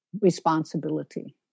responsibility